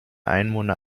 einwohner